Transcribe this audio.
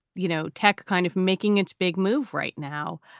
you know, tech kind of making its big move right now,